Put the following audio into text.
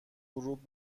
غروب